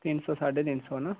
तीन सौ साढ़े तीन सौ ना